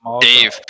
Dave